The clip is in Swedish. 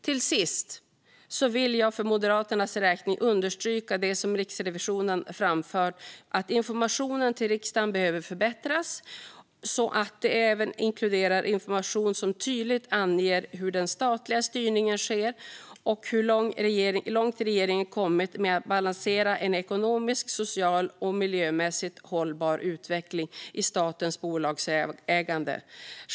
Till sist vill jag för Moderaternas räkning understryka det Riksrevisionen framfört om att informationen till riksdagen behöver förbättras så att den även inkluderar information som tydligt anger hur den statliga styrningen sker och hur långt regeringen kommit med att balansera en ekonomiskt, socialt och miljömässigt hållbar utveckling i statens bolagsägande.